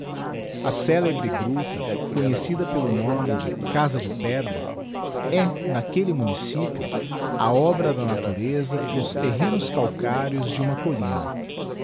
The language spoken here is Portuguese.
a celebre gruta conhecida pelo nome de casa de pedra é naquelle municipio a obra da natureza nos terrenos calcareos de uma couina